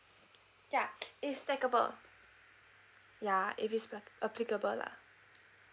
ya it's stackable ya if it's applicable lah